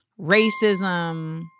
Racism